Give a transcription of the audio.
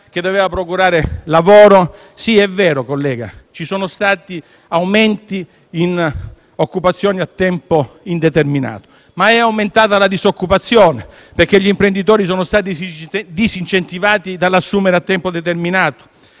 dovuto procurare lavoro: è vero che c'è stato un aumento delle occupazioni a tempo indeterminato, è però aumentata la disoccupazione, perché gli imprenditori sono stati disincentivati dall'assumere a tempo determinato.